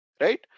Right